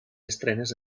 estrenes